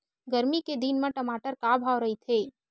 गरमी के दिन म टमाटर का भाव रहिथे?